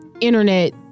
internet